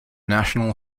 national